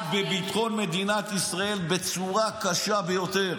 בביטחון מדינת ישראל בצורה קשה ביותר.